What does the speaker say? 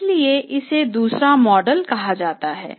इसलिए इसे दूसरा मॉडल कहा जाता है